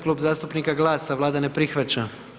Klub zastupnika GLAS-a Vlada ne prihvaća.